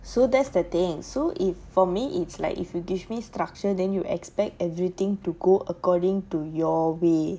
so that's the thing so if for me it's like if you give me structure then you expect everything to go according to your way